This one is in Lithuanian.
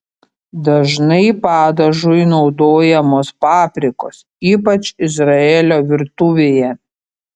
dažnai padažui naudojamos paprikos ypač izraelio virtuvėje